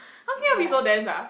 how can you be so dense ah